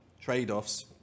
trade-offs